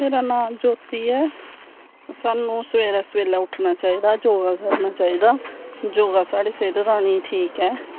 मेरा नांऽ ज्योति ऐ साह्नू सवेरै जल्दी उट्ठना चाही दा योगा करनां चाही दा योगा साढ़ी सेह्त बनानें गी ठीक ऐ